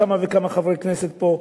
כמה וכמה חברי כנסת פה,